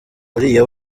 uriya